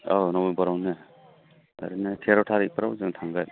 औ नभेम्बरावनो ओरैनो थेर' थारिखफोराव जों थांगोन